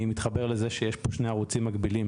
אני מתחבר לזה שיש פה שני ערוצים מקבילים,